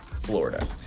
Florida